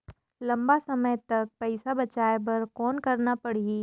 लंबा समय तक पइसा बचाये बर कौन करना पड़ही?